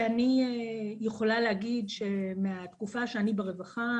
ואני יכולה להגיד שבתקופה שאני ברווחה,